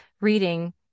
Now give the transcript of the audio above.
reading